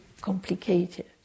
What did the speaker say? complicated